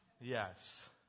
Yes